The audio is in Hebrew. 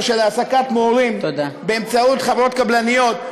של העסקת מורים באמצעות חברות קבלניות.